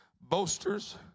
boasters